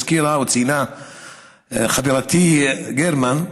שהזכירה חברתי יעל גרמן,